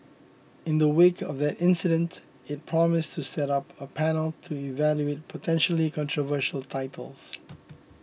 in the wake of that incident it promised to set up a panel to evaluate potentially controversial titles